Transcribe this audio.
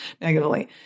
negatively